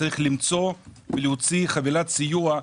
צריך למצוא ולהוציא חבילת סיוע.